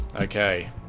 Okay